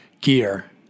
gear